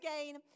again